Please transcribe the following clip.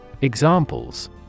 Examples